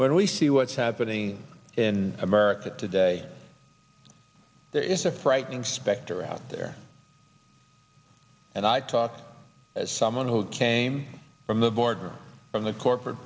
when we see what's happening in america today there is a frightening specter out there and i talk as someone who came from the boardroom from the corporate